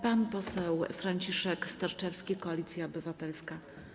Pan poseł Franciszek Sterczewski, Koalicja Obywatelska.